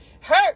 Hurt